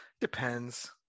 Depends